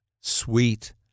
sweet